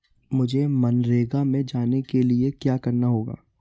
मुझे मनरेगा में जाने के लिए क्या करना होगा?